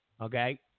okay